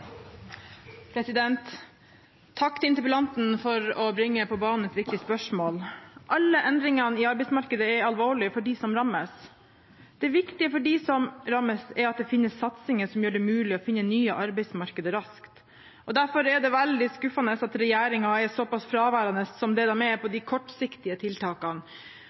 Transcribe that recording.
til interpellanten for å bringe på banen et viktig spørsmål. Alle endringene i arbeidsmarkedet er alvorlige for dem som rammes. Det viktige for dem som rammes, er at det finnes satsinger som gjør det mulig å finne nye arbeidsmarkeder raskt. Derfor er det veldig skuffende at regjeringen er såpass fraværende som den er på de kortsiktige tiltakene.